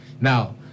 now